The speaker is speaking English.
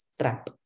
trap